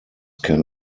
can